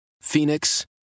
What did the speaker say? Phoenix